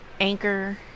Anchor